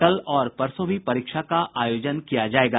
कल और परसों भी परीक्षा का आयोजन किया जायेगा